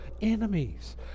enemies